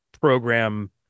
program